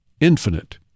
infinite